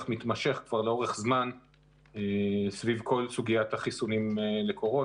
מתמשך כבר לאורך זמן סביב כל סוגית החיסונים לקורונה.